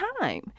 time